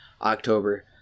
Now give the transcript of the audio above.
October